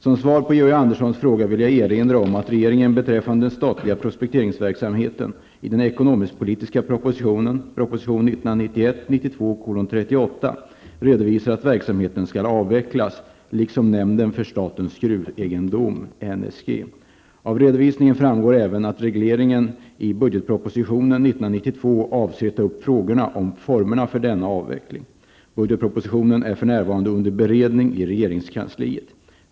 Som svar på Georg Anderssons fråga vill jag erinra om att regeringen, beträffande den statliga prospekteringsverksamheten, i den ekonomiskpolitiska propositionen redovisar att verksamheten skall avvecklas, liksom nämnden för statens gruvegendom . Av redovisningen framgår även, att regeringen i budgetpropositionen 1992 avser att ta upp frågorna om formerna för denna avveckling. Budgetpropositionen är för närvarande under beredning i regeringskansliet.